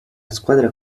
squadra